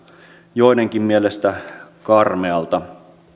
joidenkin mielestä karmealta